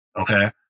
Okay